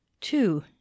two